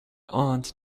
aunt